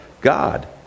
God